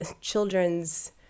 children's